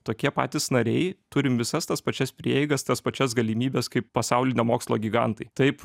tokie patys nariai turim visas tas pačias prieigas tas pačias galimybes kaip pasaulinio mokslo gigantai taip